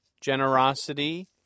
generosity